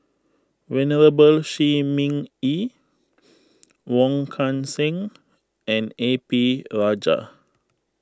Venerable Shi Ming Yi Wong Kan Seng and A P Rajah